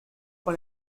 pour